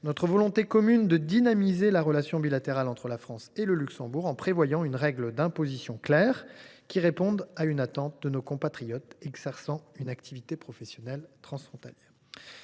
notre volonté commune de dynamiser la relation bilatérale entre la France et le Luxembourg en prévoyant une règle d’imposition claire qui réponde à une attente de nos compatriotes exerçant une activité professionnelle frontalière.